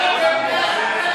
ההצעה